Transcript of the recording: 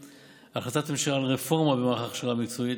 החלטת ממשלה על רפורמה במערך ההכשרה המקצועית.